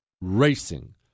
racing